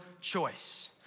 choice